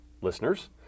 listeners